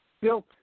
built